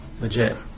legit